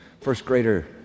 first-grader